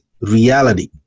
reality